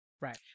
Right